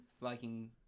liking –